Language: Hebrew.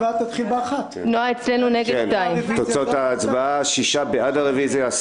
תוצאות ההצבעה על הרביזיה: בעד- 6,